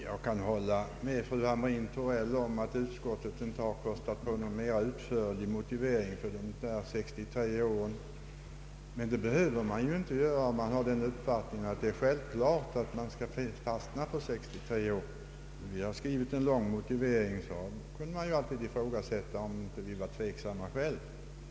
Jag kan hålla med fru Hamrin-Thorell om att utskottet inte kostat på sig någon mer utförlig motivering för de 63 åren, men det behöver vi inte göra eftersom vi har den uppfattningen att det är självklart att man skall fastna för 63 år. Om vi hade skrivit en lång motivering kunde det ju ha ifrågasatts om vi var tveksamma själva.